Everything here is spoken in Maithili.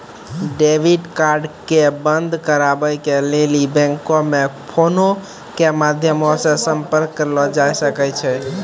डेबिट कार्ड के बंद कराबै के लेली बैंको मे फोनो के माध्यमो से संपर्क करलो जाय सकै छै